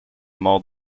mort